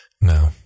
No